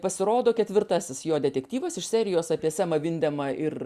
pasirodo ketvirtasis jo detektyvas iš serijos apie semą vindemą ir